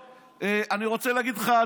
אני רוצה להגיד לך,